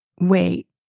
wait